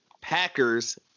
Packers